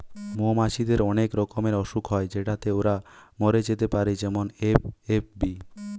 মৌমাছিদের অনেক রকমের অসুখ হয় যেটাতে ওরা মরে যেতে পারে যেমন এ.এফ.বি